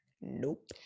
Nope